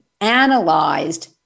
analyzed